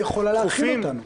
אם היא יכולה להכין אותנו.